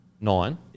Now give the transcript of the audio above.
nine